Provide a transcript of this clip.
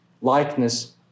likeness